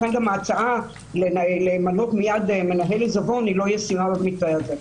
לכן ההצעה למנות מיד מנהל עיזבון היא לא ישימה במקרה הזה.